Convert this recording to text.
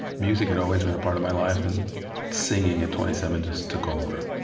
music had always been apart of my life and singing, at twenty seven, just took over,